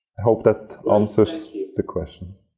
hope that answers the question.